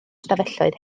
stafelloedd